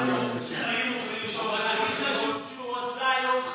הכי חשוב שהוא עשה היום,